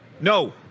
no